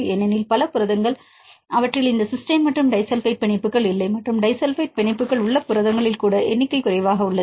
ஏனெனில் பல புரதங்கள் அவற்றில் இந்த சிஸ்டைன் மற்றும் டிஸல்பைட் பிணைப்புகள் இல்லை மற்றும் டிஸல்பைட் பிணைப்புகள் உள்ள புரதங்களில் கூட எண்ணிக்கை குறைவாக உள்ளது